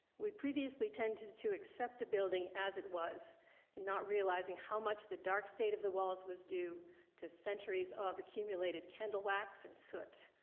we previously tended to accept the building as it was and not realizing how much the dark state of the walls was due to centuries of accumulated candle wax and soot.